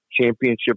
championship